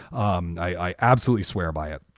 um i absolutely swear by it.